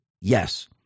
Yes